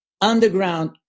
underground